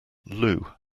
loo